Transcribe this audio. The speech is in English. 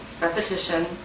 repetition